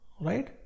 right